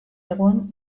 egun